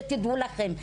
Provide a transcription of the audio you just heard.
שתדעו לכם,